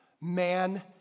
Man